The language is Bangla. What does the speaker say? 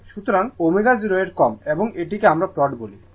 সুতরাং ω 0 এর কম এবং এটিকে আমরা প্লট বলি